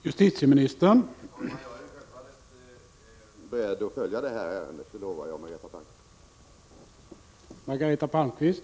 Herr talman! Jag är självfallet beredd att följa ärendet — det lovar jag Margareta Palmqvist.